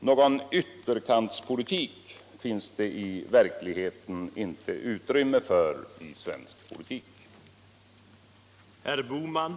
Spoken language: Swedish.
Någon ytterkantspolitik finns det i verkligheten inte utrymme för i vårt land.